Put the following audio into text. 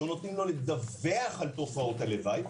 לא נותנים לו לדוח על תופעות הלוואי,